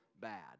bad